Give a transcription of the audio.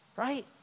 Right